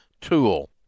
tool